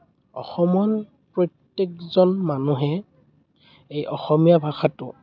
অসমৰ প্ৰত্য়েকজন মানুহে এই অসমীয়া ভাষাটো